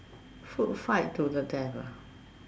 food fight to the death ah